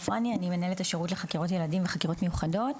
מנהלת השירות לחקירות ילדים וחקירות מיוחדות.